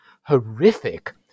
horrific